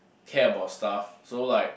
care about stuff so like